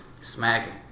smacking